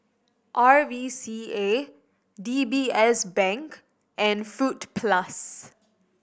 R V C A D B S Bank and Fruit Plus